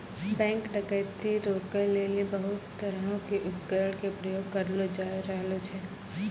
bank डकैती रोकै लेली बहुते तरहो के उपकरण के प्रयोग करलो जाय रहलो छै